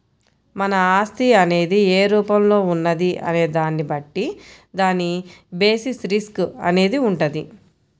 మన ఆస్తి అనేది ఏ రూపంలో ఉన్నది అనే దాన్ని బట్టి దాని బేసిస్ రిస్క్ అనేది వుంటది